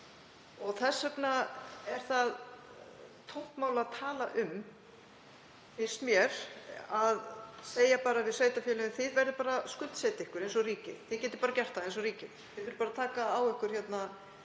Þess vegna er það tómt mál að tala um, finnst mér, að segja við sveitarfélögin: Þið verðið bara að skuldsetja ykkur eins og ríkið, þið getið bara gert það eins og ríkið. Þið verðið bara að taka á ykkur þessa